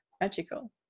Magical